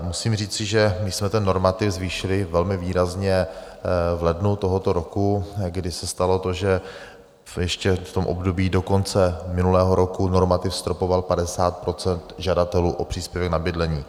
Musím říci, že jsme ten normativ zvýšili velmi výrazně v lednu tohoto roku, kdy se stalo to, že ještě v období do konce minulého roku normativ stropoval 50 % žadatelů o příspěvek na bydlení.